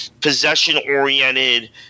possession-oriented